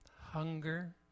hunger